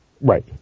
Right